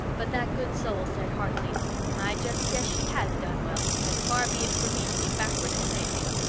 but that good soul said heartily i just guess she has done well, and far be it from me to be backward in saying it.